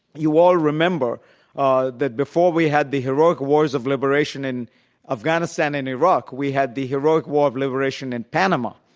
you all remember ah that before we had the heroic wars of liberation in afghanistan and iraq we had the heroic war of liberation in panama,